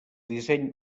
disseny